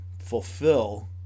fulfill